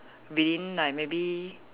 being like maybe